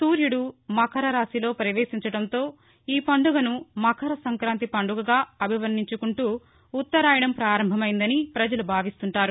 సూర్యుడు మఖరరాశిలో ప్రవేశించడంతో ఈ పండుగను మఖర సంక్రాంతి పండుగగా అభివర్ణించుకుంటూ ఉత్తరాయణం ప్రారంభమైందని ప్రజలు భావిస్తుంటారు